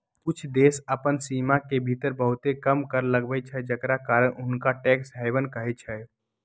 कुछ देश अप्पन सीमान के भीतर बहुते कम कर लगाबै छइ जेकरा कारण हुंनका टैक्स हैवन कहइ छै